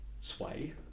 sway